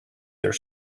their